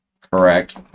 correct